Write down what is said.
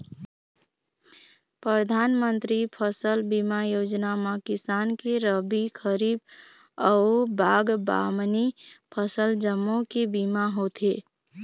परधानमंतरी फसल बीमा योजना म किसान के रबी, खरीफ अउ बागबामनी फसल जम्मो के बीमा होथे